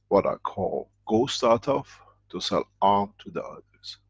what i call ghost out of, to sell arm to the others.